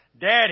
Daddy